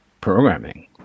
programming